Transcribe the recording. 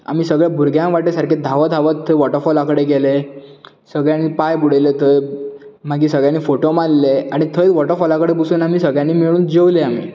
आमी सगळे भूरग्यां सारके धांवत धांवत थंय वॉटरफॉला कडेन गेले सगळ्यांनी पांय बुडयले थंय मागीर सगळ्यांनी फोटो मारले आनी थंय वॉटरफॉला कडेन बसून आमी सगळ्यांनी मेळून जेवले आमी